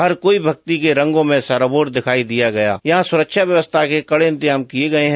हर कोई भक्ति के रंगों में सराबोर दिखाई दिया गया यहां सुरक्षा व्यवस्था के कड़े इंतजाम किये गये हैं